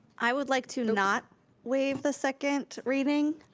i would like to not waive the second reading.